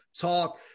talk –